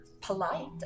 polite